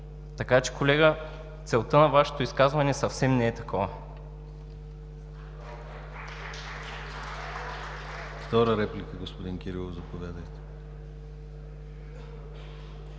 Така, че колега, целта на Вашето изказване съвсем не е такава.